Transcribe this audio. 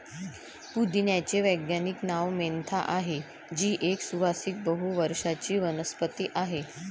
पुदिन्याचे वैज्ञानिक नाव मेंथा आहे, जी एक सुवासिक बहु वर्षाची वनस्पती आहे